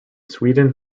sweden